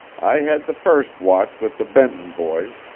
i had the first watch with the benton boys,